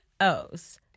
O's